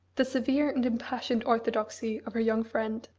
the severe and impassioned orthodoxy of her young friend.